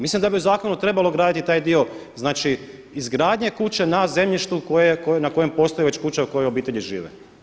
Mislim da bi u zakonu trebalo ugraditi taj dio, znači izgradnje kuće na zemljištu na kojem postoji već kuća u kojoj obitelji žive.